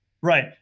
Right